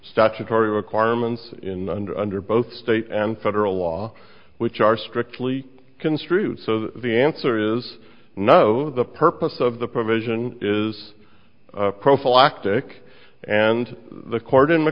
statutory requirements in under under both state and federal law which are strictly construed so the answer is no the purpose of the provision is prophylactic and the court in